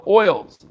oils